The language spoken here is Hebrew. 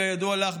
כידוע לך,